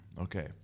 Okay